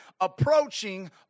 approaching